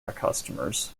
customers